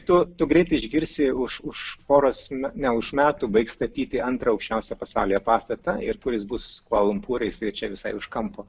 tu tu greit išgirsi už už poros ne už metų baigs statyti antrą aukščiausią pasaulyje pastatą ir kuris bus kvala lumpūrejisai čia visai už kampo